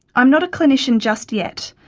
i'm not a clinician just yet,